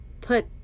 put